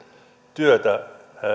työtä